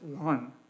one